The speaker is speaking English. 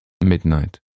Midnight